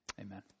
Amen